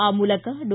ಆ ಮೂಲಕ ಡಾ